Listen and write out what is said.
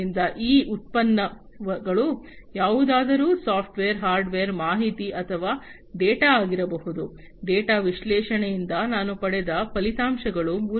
ಆದ್ದರಿಂದ ಈ ಉತ್ಪನ್ನಗಳು ಯಾವುದಾದರೂ ಸಾಫ್ಟ್ವೇರ್ ಹಾರ್ಡ್ವೇರ್ ಮಾಹಿತಿ ಅಥವಾ ಡೇಟಾ ಆಗಿರಬಹುದು ಡೇಟಾದ ವಿಶ್ಲೇಷಣೆಯಿಂದ ನಾನು ಪಡೆದ ಫಲಿತಾಂಶಗಳು